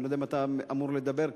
אני לא יודע אם אתה אמור לדבר כאן,